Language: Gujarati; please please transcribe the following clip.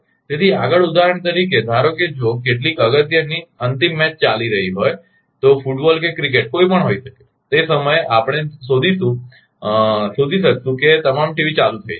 તેથી આગળ ઉદાહરણ તરીકે ધારો કે જો કેટલીક અગત્યની અંતિમ મેચ ચાલી રહી હોય તો ફૂટબોલ કે ક્રિકેટ કોઇ પણ હોઈ શકે છે તે સમયે આપણે શોધી શકીશું કે તમામ ટીવી ચાલુ થઈ જશે